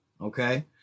Okay